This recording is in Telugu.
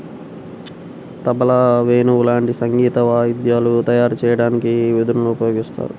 తబలా, వేణువు లాంటి సంగీత వాయిద్యాలు తయారు చెయ్యడానికి వెదురుని ఉపయోగిత్తారు